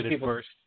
first